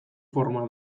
forma